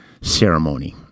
Ceremony